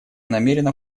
намерена